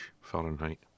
Fahrenheit